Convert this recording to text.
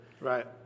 right